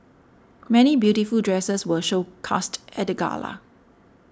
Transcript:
many beautiful dresses were showcased at the gala